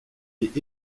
est